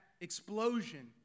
explosion